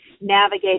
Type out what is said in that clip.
navigate